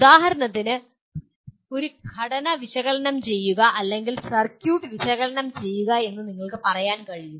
ഉദാഹരണത്തിന് ഒരു ഘടന വിശകലനം ചെയ്യുക അല്ലെങ്കിൽ സർക്യൂട്ട് വിശകലനം ചെയ്യുക എന്ന് നിങ്ങൾക്ക് പറയാൻ കഴിയും